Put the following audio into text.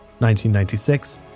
1996